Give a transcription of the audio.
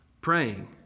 praying